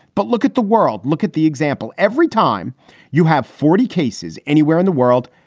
but look at the world. look at the example. every time you have forty cases anywhere in the world,